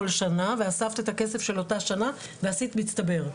שנה ואספת את הכסף של אותה שנה ועשית מצטבר.